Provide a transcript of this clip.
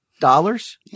dollars